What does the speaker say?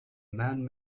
man